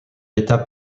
étape